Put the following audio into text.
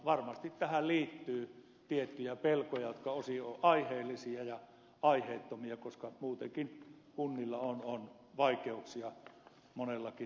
varmasti tähän liittyy tiettyjä pelkoja jotka osin ovat aiheellisia ja osin aiheettomia koska muutenkin kunnilla on vaikeuksia monellakin tämän talouden suhteen